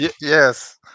Yes